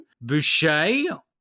Boucher